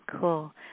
cool